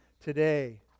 today